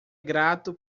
grato